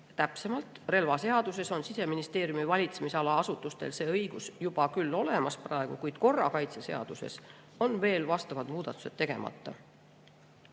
Täpsemalt, relvaseaduses on Siseministeeriumi valitsemisala asutustel see õigus küll juba praegu olemas, kuid korrakaitseseaduses on veel vastavad muudatused tegemata.